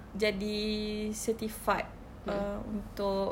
jadi certified err untuk